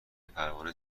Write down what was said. پروانه